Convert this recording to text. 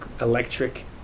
electric